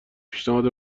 پیشنهاد